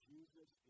Jesus